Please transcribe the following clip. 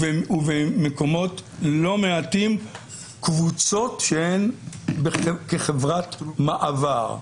ובמקומות לא מעטים קבוצות שהן כחברת מעבר.